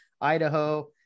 idaho